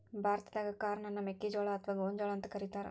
ಭಾರತಾದಾಗ ಕಾರ್ನ್ ಅನ್ನ ಮೆಕ್ಕಿಜೋಳ ಅತ್ವಾ ಗೋಂಜಾಳ ಅಂತ ಕರೇತಾರ